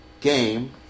game